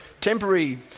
temporary